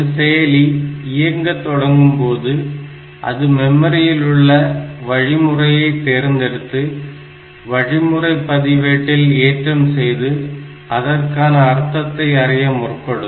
ஒரு செயலி இயங்க தொடங்கும்போது அது மெமரியில் உள்ள வழிமுறையை தேர்ந்தெடுத்து வழிமுறை பதிவேட்டில் ஏற்றம் செய்து அதற்கான அர்த்தத்தை அறிய முற்படும்